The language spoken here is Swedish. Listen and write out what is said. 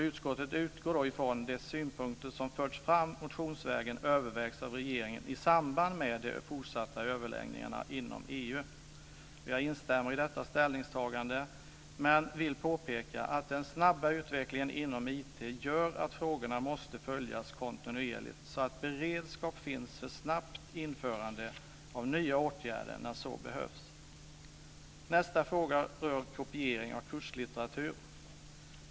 Utskottet utgår från att de synpunkter som förts fram motionsvägen övervägs av regeringen i samband med de fortsatta överläggningarna inom EU. Jag instämmer i detta ställningstagande men vill påpeka att den snabba utvecklingen inom IT gör att frågorna måste följas kontinuerligt, så att beredskap finns för snabbt införande av nya åtgärder när så behövs. Nästa fråga rör kopiering av kurslitteratur.